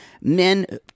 men